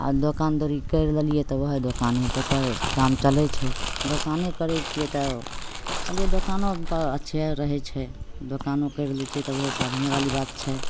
आओर दोकानदौरी करि लेलिए तऽ वएह दोकानेपर काम चलै छै दोकाने करै छिए तऽ कहलिए दोकानो अच्छे रहै छै दोकानो करि लै छिए तऽ ओहो बढ़िएँवाली बात छै